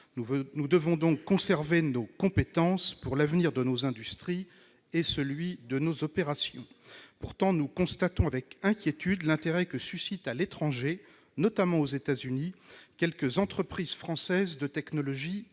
Nous devons donc conserver nos compétences pour l'avenir de nos industries et celui de nos opérations. Pourtant, nous constatons avec inquiétude l'intérêt que suscitent à l'étranger, notamment aux États-Unis, quelques entreprises françaises de technologies